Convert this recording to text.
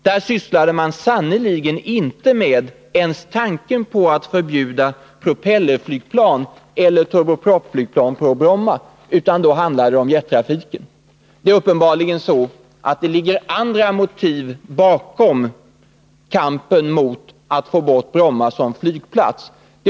Där sysslade man sannerligen inte med tanken på att förbjuda propellerflygplan eller turbopropflygplan på Bromma, utan då handlade det om jettrafiken. Det är uppenbarligen så att det ligger andra motiv bakom kampen för att få bort Bromma som flygplats.